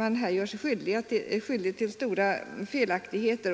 denna punkt gör sig skyldig till stora felaktigheter.